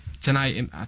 tonight